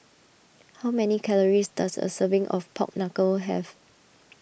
how many calories does a serving of Pork Knuckle have